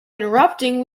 interrupting